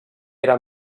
era